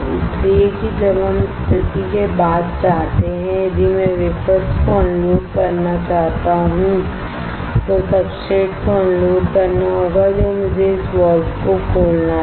इसलिए कि जब हम स्थिति के बाद चाहते हैं यदि मैं वेफर्स को अनलोड करना चाहता हूं तो सब्सट्रेट को अनलोड करना होगा तो मुझे इस वाल्व को खोलना था